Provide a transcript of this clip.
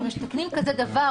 אם מתקנים כזה דבר,